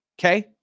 okay